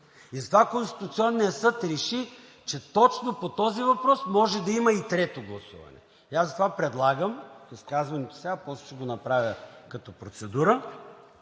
Затова Конституционният съд реши, че точно по този въпрос може да има и трето гласуване. Затова предлагам в изказването си сега, после ще го направя като процедура,